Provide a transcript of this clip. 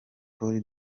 polly